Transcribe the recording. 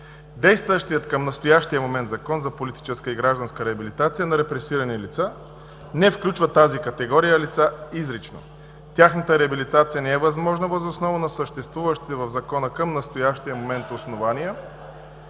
Действащият към настоящия момент Закон за политическа и гражданска реабилитация на репресирани лица не включва тази категория лица изрично. Тяхната реабилитация не е възможна въз основа на съществуващите в Закона към настоящия момент основания,